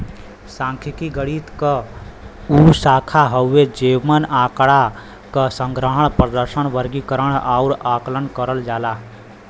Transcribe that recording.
सांख्यिकी गणित क उ शाखा हउवे जेमन आँकड़ा क संग्रहण, प्रदर्शन, वर्गीकरण आउर आकलन करल जाला